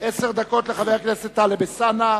עשר דקות לחבר הכנסת טלב אלסאנע,